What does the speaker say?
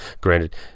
Granted